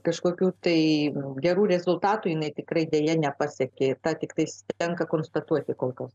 kažkokių tai gerų rezultatų jinai tikrai deja nepasiekė tad tiktais tenka konstatuoti kol kas